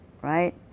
right